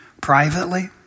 privately